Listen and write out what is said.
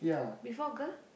before girl